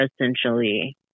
essentially